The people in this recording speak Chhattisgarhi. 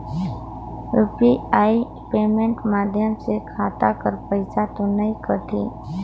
यू.पी.आई पेमेंट माध्यम से खाता कर पइसा तो नी कटही?